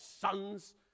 sons